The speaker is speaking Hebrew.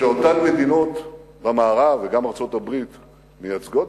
שאותן מדינות במערב וגם ארצות-הברית מייצגות,